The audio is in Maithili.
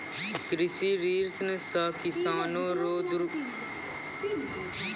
कृषि ऋण सह किसानो रो दुर्घटना सह मृत्यु पर कृषि ऋण माप भी करा सकै छै